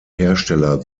hersteller